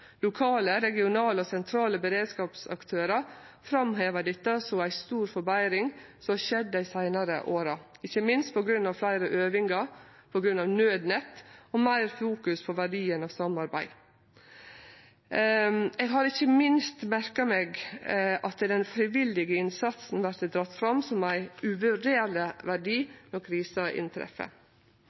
Lokale, regionale og sentrale beredskapsaktørar framhevar dette som ei stor forbetring som er skjedd dei seinare åra, ikkje minst på grunn av fleire øvingar, naudnett og meir fokusering på verdien av samarbeid. Eg har ikkje minst merka meg at den frivillige innsatsen vert dratt fram som ein uvurderleg verdi når kriser inntreffer.